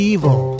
Evil